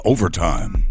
Overtime